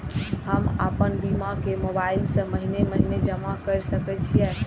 हम आपन बीमा के मोबाईल से महीने महीने जमा कर सके छिये?